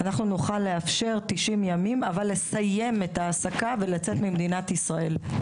אנחנו נוכל לאפשר 90 ימים אבל לסיים את ההעסקה ולצאת ממדינת ישראל.